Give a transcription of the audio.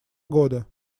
года